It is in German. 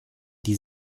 die